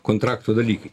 kontrakto dalykai